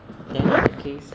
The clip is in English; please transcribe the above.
uh that case